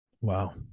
wow